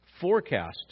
Forecast